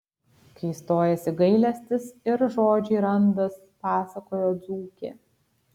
kai stojasi gailestis ir žodžiai randas pasakojo dzūkė